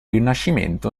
rinascimento